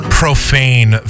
profane